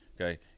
okay